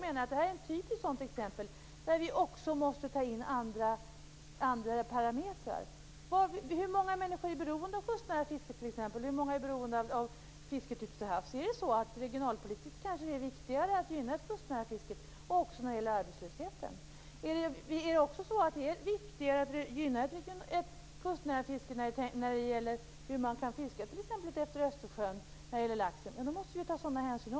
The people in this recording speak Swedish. Detta är ett typiskt sådant exempel där vi också måste ta in andra parametrar. Hur många människor är t.ex. beroende av det kustnära fisket? Hur många är beroende av fisket ute till havs? Regionalpolitiskt kanske det är viktigare att gynna ett kustnära fiske, och det kanske också är det när det gäller arbetslösheten. Om det är viktigare att gynna ett kustnära fiske t.ex. när det gäller laxfisket utefter Östersjön måste vi också ta sådan hänsyn.